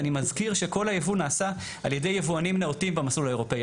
אני מזכיר שכל הייבוא נעשה על ידי יבואנים נאותים במסלול האירופי,